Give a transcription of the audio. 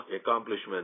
accomplishments